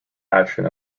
action